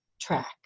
track